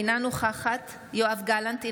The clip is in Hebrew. אינה נוכחת יואב גלנט,